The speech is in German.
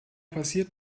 passiert